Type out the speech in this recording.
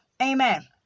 Amen